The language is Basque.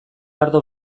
ardo